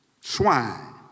swine